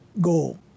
goal